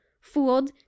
fooled